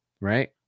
right